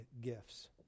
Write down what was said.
gifts